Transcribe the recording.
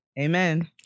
Amen